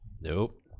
nope